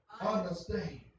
Understand